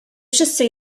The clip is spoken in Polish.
wszyscy